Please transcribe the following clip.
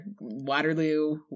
Waterloo